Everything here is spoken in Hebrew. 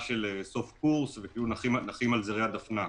של סוף קורס וכאילו נחים על זרי הדפנה.